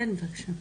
כן, בבקשה.